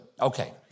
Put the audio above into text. Okay